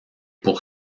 pour